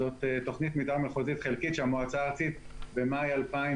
זאת תוכנית מתאר מחוזית חלקית שהמועצה הארצית במאי 2006